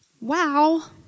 Wow